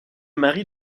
mari